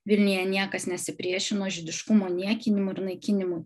vilniuje niekas nesipriešino žydiškumo niekinimui ir naikinimui